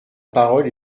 parole